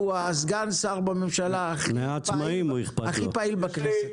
הוא הסגן שר בממשלה הכי פעיל בכנסת.